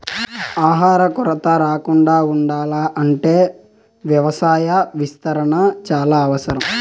ఆహార కొరత రాకుండా ఉండాల్ల అంటే వ్యవసాయ విస్తరణ చానా అవసరం